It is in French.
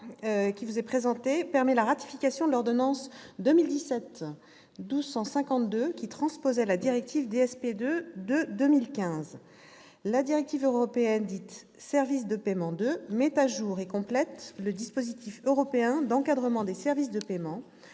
de loi présenté permet la ratification de l'ordonnance 2017-1252 qui transposait la directive « DSP 2 » de 2015. La directive européenne n° 2015/2366, dite « services de paiement 2 », met à jour et complète le dispositif européen d'encadrement des services de paiement,